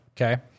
Okay